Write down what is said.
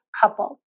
couple